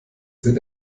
sind